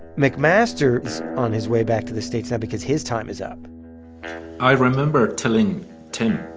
mcmaster's on his way back to the states now because his time is up i remember telling tim,